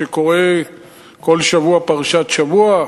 שקורא כל שבוע פרשת שבוע,